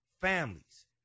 families